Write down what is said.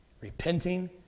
repenting